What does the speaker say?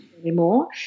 anymore